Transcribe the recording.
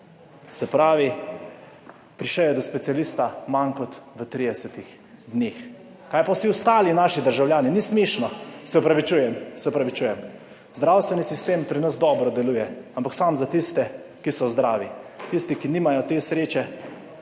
Se pravi, prišel je do specialista v manj kot 30 dneh. Kaj pa vsi ostali naši državljani? / oglašanje iz dvorane/ Ni smešno, se opravičujem. Zdravstveni sistem pri nas dobro deluje, ampak samo za tiste, ki so zdravi. Tisti, ki nimajo te sreče,